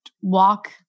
walk